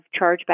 chargeback